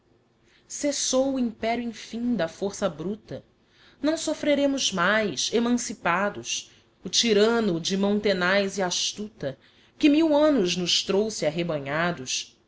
o imperio emfim da força bruta não soffreremos mais emancipados o tyranno de mão tenaz e astuta que mil annos nos trouxe arrebanhados